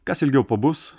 kas ilgiau pabus